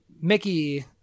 Mickey